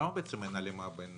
למה אין הלימה בין